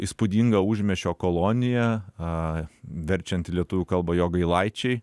įspūdinga užmiesčio kolonija a verčiant į lietuvių kalbą jogailaičiai